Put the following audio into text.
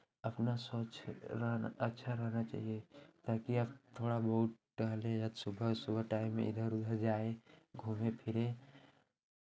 अपना स्वच्छ रहना अच्छा रहना चाहिए ताकि आप थोड़ा बहुत टहलें य सुबह सुबह टाइम इधर उधर जाएं घूमें फिरें